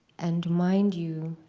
and mind you,